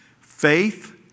Faith